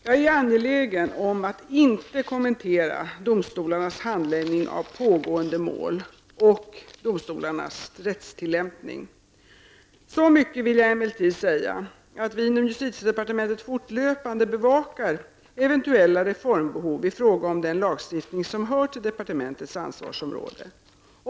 Jag är angelägen om att inte kommentera domstolarnas handläggning av pågående mål och domstolarnas rättstillämpning. Så mycket vill jag emellertid säga att vi inom justitiedepartementet fortlöpande bevakar eventuella reformbehov i fråga om den lagstiftning som hör till departementets ansvarsområde.